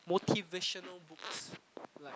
motivational books like